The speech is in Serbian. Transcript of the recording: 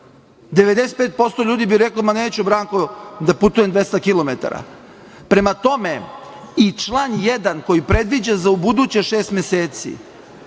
95% ljudi bi reklo – ma, neću Branko da putujem 200 kilometara. Prema tome, i član 1. koji predviđa za ubuduće šest meseci